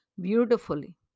beautifully